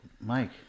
Mike